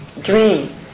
Dream